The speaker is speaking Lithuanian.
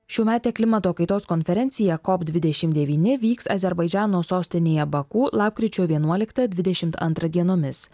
šiųmetė klimato kaitos konferencija kop dvidešimt devyni vyks azerbaidžano sostinėje baku lapkričio vienuoliktą dvidešimt antrą dienomis